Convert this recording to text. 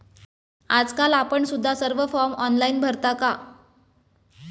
आजकाल आपण सुद्धा सर्व फॉर्म ऑनलाइन भरता का?